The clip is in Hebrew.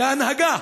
כהנהגה,